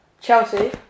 Chelsea